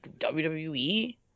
WWE